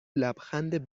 لبخند